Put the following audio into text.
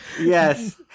yes